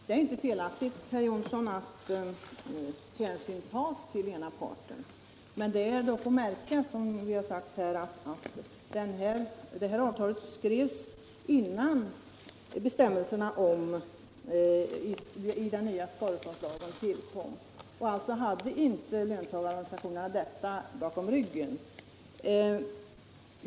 Det är inte felaktigt, herr Jonsson, att hänsyn tas till den ena parten. Men det är att märka att avtalet skrevs innan bestämmelserna i den nya skadeståndslagen tillkom, och löntagarorganisationerna hade alltså inte detta bakom ryggen.